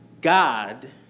God